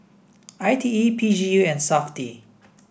I T E P G E and SAFTI